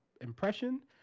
impression